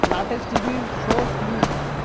latest TV shows news